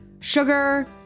sugar